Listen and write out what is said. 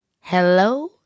Hello